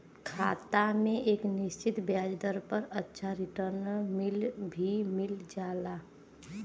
खाता में एक निश्चित ब्याज दर पर अच्छा रिटर्न भी मिल जाला